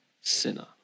sinner